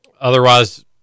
Otherwise